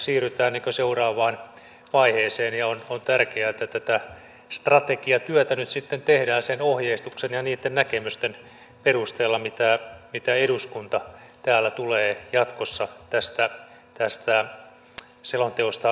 nythän siirrytään seuraavaan vaiheeseen ja on tärkeää että tätä strategiatyötä nyt sitten tehdään sen ohjeistuksen ja niitten näkemysten perusteella mitä eduskunta täällä tulee jatkossa tästä selonteosta lausumaan